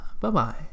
Bye-bye